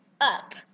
up